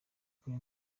kuri